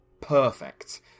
perfect